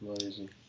Amazing